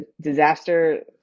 disaster